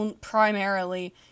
primarily